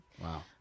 wow